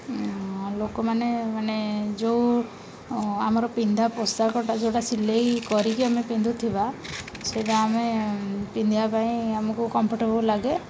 ଲୋକମାନେ ମାନେ ଯେଉଁ ଆମର ପିନ୍ଧା ପୋଷାକଟା ଯେଉଁଟା ସିଲେଇ କରିକି ଆମେ ପିନ୍ଧୁଥିବା ସେଇଟା ଆମେ ପିନ୍ଧିବା ପାଇଁ ଆମକୁ କମ୍ଫର୍ଟେବୁଲ୍ ଲାଗେ